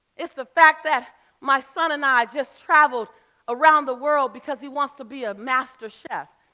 it's the fact that my son and i just traveled around the world because he wants to be a masterchef.